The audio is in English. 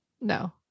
No